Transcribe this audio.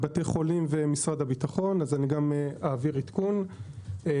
בתי החולים ומשרד הביטחון אז אתן עדכון על זה.